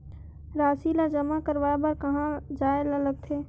राशि ला जमा करवाय बर कहां जाए ला लगथे